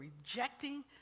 rejecting